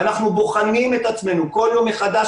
אנחנו בוחנים את עצמנו בכל יום מחדש,